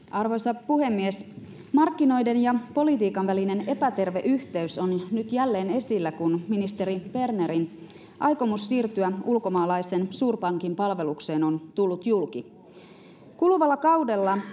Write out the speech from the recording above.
arvoisa puhemies markkinoiden ja politiikan välinen epäterve yhteys on nyt jälleen esillä kun ministeri bernerin aikomus siirtyä ulkomaalaisen suurpankin palvelukseen on tullut julki kuluvalla kaudella